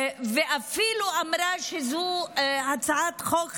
ואפילו אמרה שזאת הצעת חוק חשובה.